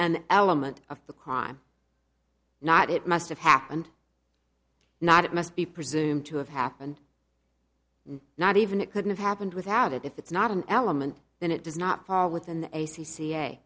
an element of the crime not it must have happened not it must be presumed to have happened not even it couldn't have happened without it if it's not an element then it does not fall within the a c ca a